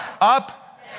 up